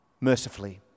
Mercifully